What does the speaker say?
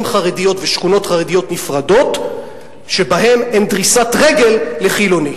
חרדיות ושכונות חרדיות נפרדות שבהן אין דריסת רגל לחילוני.